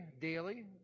daily